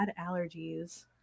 allergies